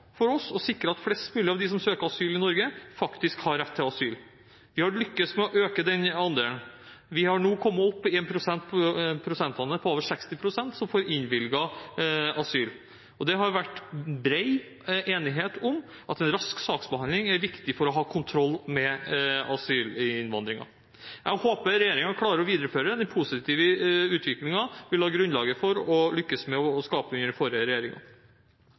for oss å sikre at flest mulig av dem som søker asyl i Norge, faktisk har rett til asyl. Man har lyktes med å øke den andelen. Man har nå kommet opp i en prosentandel på over 60 som får innvilget asyl. Det har vært bred enighet om at rask saksbehandling er viktig for å ha kontroll med asylinnvandringen. Jeg håper regjeringen klarer å videreføre denne positive utviklingen man la grunnlaget for og lyktes med å skape under den forrige